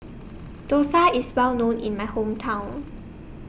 Dosa IS Well known in My Hometown